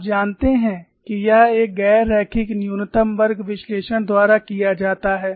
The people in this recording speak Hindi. आप जानते हैं कि यह एक गैर रैखिक न्यूनतम वर्ग विश्लेषण द्वारा किया जाता है